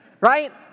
right